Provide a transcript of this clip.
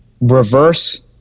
reverse